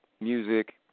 music